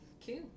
Cute